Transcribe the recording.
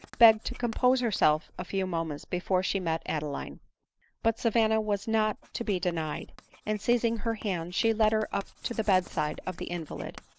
begged to compose herself a few moments before she met adeline but savanna was not to be denied and seizing her hand, she led her up to the bedside of the in valid.